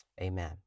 Amen